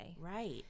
Right